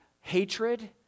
hatred